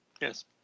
Yes